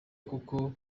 kuko